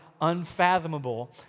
unfathomable